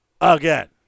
again